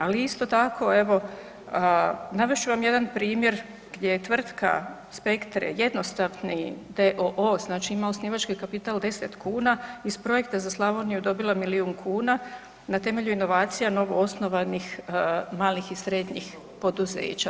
Ali isto tako evo navest ću vam jedan primjer gdje je tvrtka Spektre jednostavni d.o.o. znači osnivački kapital 10 kuna iz projekta za Slavoniju dobila milijun kuna na temelju inovacija novoosnovanih malih i srednjih poduzeća.